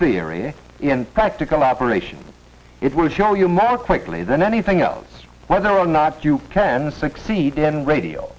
theory and practical operation it will show your mettle quickly than anything else whether or not you can succeed in radio